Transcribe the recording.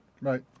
Right